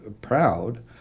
proud